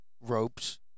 ropes